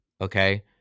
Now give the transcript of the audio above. okay